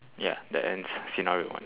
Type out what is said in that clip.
ya that ends scenario one